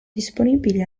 disponibili